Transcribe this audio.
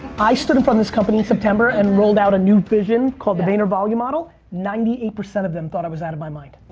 i stood in front of this company in september and rolled out a new vision, called the vayner volume model, ninety eight percent of them thought i was out of my mind.